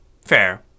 fair